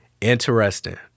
Interesting